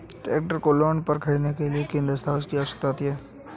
Tractor को loan पर खरीदने के लिए किन दस्तावेज़ों की आवश्यकता होती है?